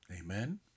Amen